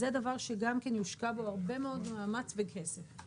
זה דבר שגם כן יושקע בו הרבה מאוד מאמץ וכסף.